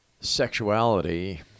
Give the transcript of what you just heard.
sexuality